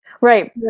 Right